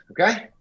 okay